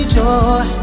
joy